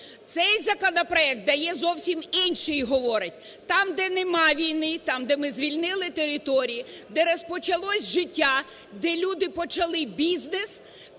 Цей законопроект дає зовсім інше, говорить, там, де немає війни, там, де ми звільнили території, де розпочалось життя, де люди почали бізнес,